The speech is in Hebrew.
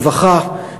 רווחה,